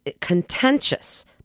contentious